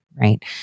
right